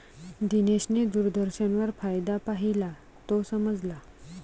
दिनेशने दूरदर्शनवर फायदा पाहिला, तो समजला